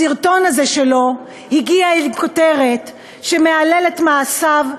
הסרטון הזה שלו הגיע עם כותרת שמהללת את מעשיו,